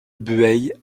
bueil